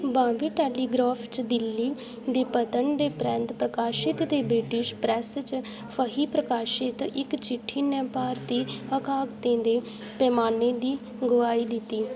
Bombay telegraph च दिल्ली दे पतन दे परैंत्त प्रकाशत ते ब्रिटिश प्रैस च फही प्रकाशत इक चिट्ठी ने भारती हकाकतें दे पैमाने दी गोहाई दित्ती